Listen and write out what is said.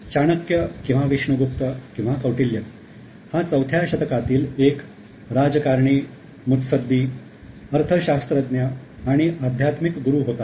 चाणक्य किंवा विष्णुगुप्त किंवा कौटिल्य हा चौथ्या शतकातील एक राजकारणीमुत्सद्दी अर्थ शास्त्रज्ञ आणि अध्यात्मिक गुरु होता